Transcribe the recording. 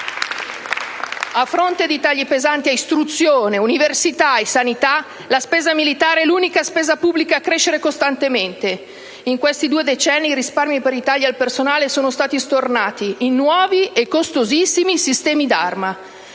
A fronte di tagli pesanti a istruzione, università e sanità, quella militare è l'unica spesa pubblica a crescere costantemente. In questi due decenni il risparmio per i tagli al personale è stato stornato in nuovi e costosissimi sistemi d'arma.